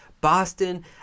Boston